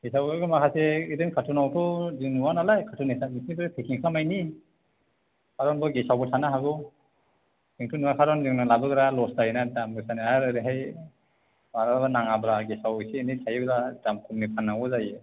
गेसावाथ' माखासे बिदिनो कारथुनावथ' जों नुवा नालाय कार्टुन हिसाब नोंसानिबो पेकिं खालामनायनि खारन बेयाव गेसावबो थानो हागौ जोंथ' नुवा खारन जों लाबोबा लस जायोना दाम गोसा आरो ओरैहाय मालाबा नाङाब्ला गेसाव एसे एनै थायोब्ला दाम खमनि फाननांगौ जायो